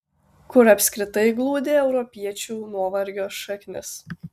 kur apskritai glūdi europiečių nuovargio šaknis